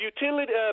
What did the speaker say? Utility